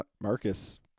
Marcus